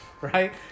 right